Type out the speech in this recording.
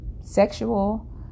sexual